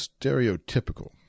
stereotypical